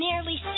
Nearly